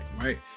right